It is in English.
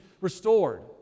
restored